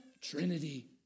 Trinity